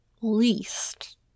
least